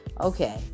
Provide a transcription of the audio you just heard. Okay